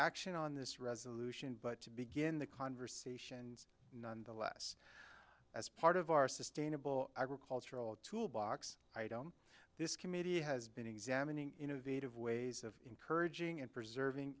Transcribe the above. action on this resolution but to begin the conversation nonetheless as part of our sustainable agricultural tool box i don't this committee has been examining innovative ways of encouraging and preserving